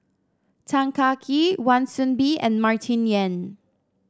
Tan Kah Kee Wan Soon Bee and Martin Yan